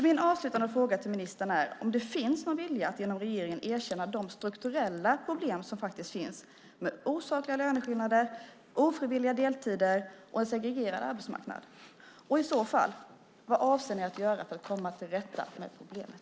Min avslutande fråga till ministern är om det finns någon vilja från regeringen att erkänna de strukturella problem som faktiskt finns med osakliga löneskillnader, ofrivilliga deltider och en segregerad arbetsmarknad och i så fall vad man avser att göra för att komma till rätta med problemet.